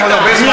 התחלת בקושי.